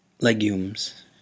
Legumes